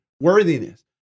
worthiness